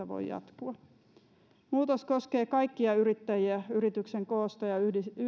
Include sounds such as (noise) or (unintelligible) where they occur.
(unintelligible) voi jatkua muutos koskee kaikkia yrittäjiä yrityksen koosta ja